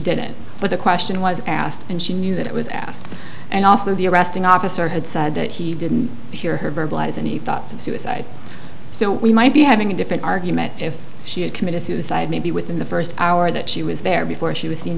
didn't but the question was asked and she knew that it was asked and also the arresting officer had said that he didn't hear her verbalize any thoughts of suicide so we might be having a different argument if she had committed suicide maybe within the first hour that she was there before she was seen